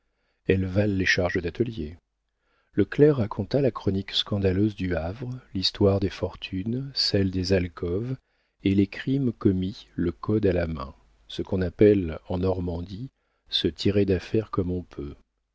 elles valent les charges d'atelier le clerc raconta la chronique scandaleuse du havre l'histoire des fortunes celle des alcôves et les crimes commis le code à la main ce qu'on appelle en normandie se tirer d'affaire comme on peut